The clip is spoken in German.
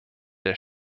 der